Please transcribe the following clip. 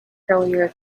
earlier